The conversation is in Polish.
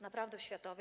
Naprawdę światowej.